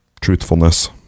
truthfulness